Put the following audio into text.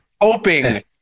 hoping